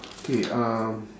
K um